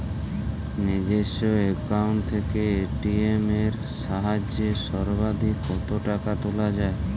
নিজস্ব অ্যাকাউন্ট থেকে এ.টি.এম এর সাহায্যে সর্বাধিক কতো টাকা তোলা যায়?